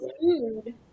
food